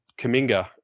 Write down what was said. Kaminga